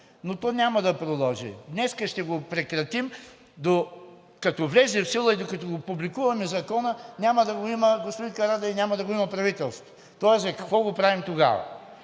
Но то няма да продължи. Днес ще го прекратим, докато влезе в сила и докато го публикуваме Закона, няма да го има, господин Карадайъ, и няма да го има правителството. Тоест за какво го правим тогава?